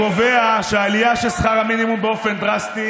קובע שההעלאה של שכר המינימום באופן דרסטי